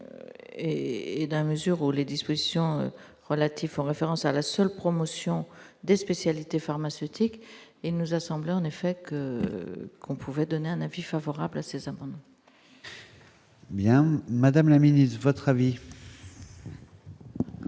Et dans la mesure où les discussions relatif en référence à la seule promotion des spécialités pharmaceutiques, il nous a semblé en effet que, qu'on pouvait donner un avis favorable, c'est ça. Bien, madame la ministre, de votre avis.